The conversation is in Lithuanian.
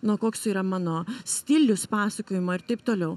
nuo koks yra mano stilius pasakojimo ir taip toliau